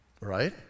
right